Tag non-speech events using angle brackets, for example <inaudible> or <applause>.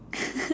<laughs>